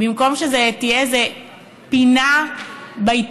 במקום שזה תהיה איזו פינה בעיתונות?